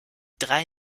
drei